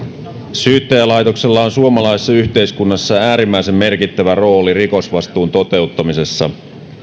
syyttäjälaitoksella on suomalaisessa yhteiskunnassa äärimmäisen merkittävä rooli rikosvastuun toteuttamisessa